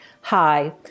Hi